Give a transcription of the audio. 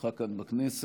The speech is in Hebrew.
בשליחותך כאן בכנסת.